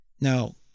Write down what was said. Now